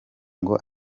ngo